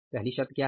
पहली शर्त क्या है